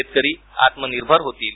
शेतकरी आत्मनिर्भर होतील